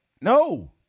No